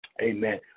Amen